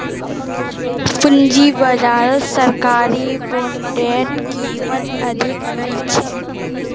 पूंजी बाजारत सरकारी बॉन्डेर कीमत अधिक मिल छेक